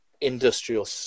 industrial